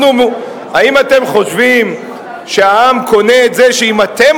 האם אתם חושבים שהעם קונה את זה שאם אתם